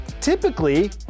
typically